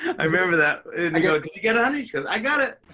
i remember that. and i go, did you get it, honey? she goes, i got it.